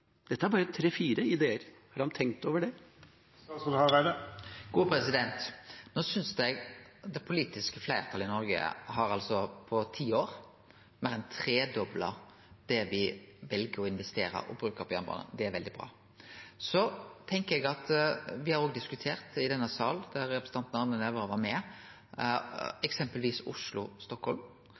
Dette er bare tre–fire ideer. Har han tenkt over dette? Det politiske fleirtalet i Noreg har på ti år meir enn tredobla det me vel å investere og bruke på jernbane. Det er veldig bra. Me har òg diskutert i denne sal – og representanten Arne Nævra har vore med – eksempelvis